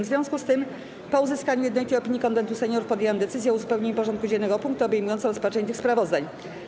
W związku z tym, po uzyskaniu jednolitej opinii Konwentu Seniorów, podjęłam decyzję o uzupełnieniu porządku dziennego o punkty obejmujące rozpatrzenie tych sprawozdań.